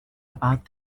about